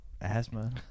Asthma